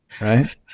right